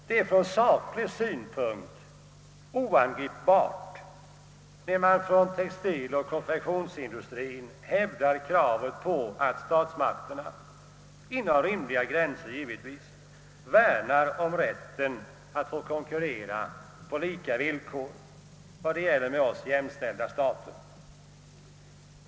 Det är ur saklig synpunkt oangripbart när man från textiloch konfektionsindustrien hävdar kravet på att statsmakterna — inom rimliga gränser — värnar om rätten att få konkurrera på lika villkor när det gäller med oss jämställda stater.